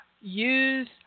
use